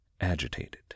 agitated